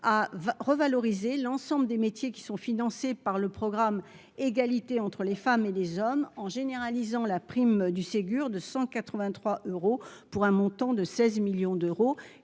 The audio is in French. à revaloriser l'ensemble des métiers qui sont financés par le programme égalité entre les femmes et les hommes en généralisant la prime du Ségur de 183 euros pour un montant de 16 millions d'euros,